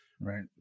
Right